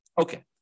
Okay